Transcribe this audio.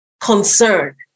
concern